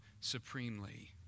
supremely